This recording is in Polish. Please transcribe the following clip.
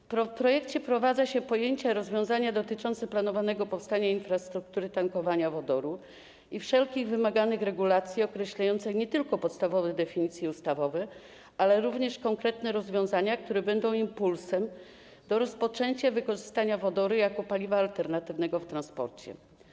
W projekcie wprowadza się pojęcia i rozwiązania dotyczące planowanego powstania infrastruktury tankowania wodoru i wszelkich wymaganych regulacji określających nie tylko podstawowe definicje ustawowe, ale również konkretne rozwiązania, które będą impulsem do rozpoczęcia wykorzystywania wodoru jako paliwa alternatywnego w transporcie.